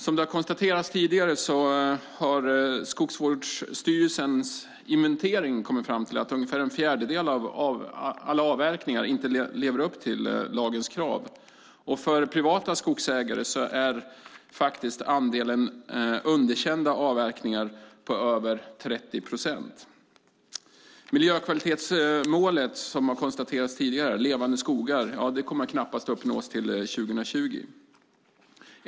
Som det har konstaterats tidigare har Skogsvårdsstyrelsens inventering kommit fram till att ungefär en fjärdedel av alla avverkningar inte lever upp till lagens krav. För privata skogsägare är andelen underkända avverkningar faktiskt över 30 procent. Miljökvalitetsmålet Levande skogar kommer, som det har konstaterats tidigare, knappast att uppnås till 2020.